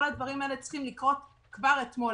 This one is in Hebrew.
כל הדברים האלה צריכים לקרות כבר אתמול,